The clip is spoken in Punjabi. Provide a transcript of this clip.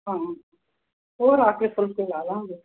ਹਾਂ ਹੋਰ ਆ ਕੇ ਫੁਲਕੇ ਲਾਹ ਲਾਂਗੇ